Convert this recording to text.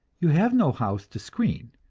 you have no house to screen,